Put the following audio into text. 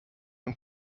und